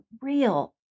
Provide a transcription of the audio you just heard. real